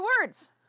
words